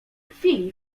chwili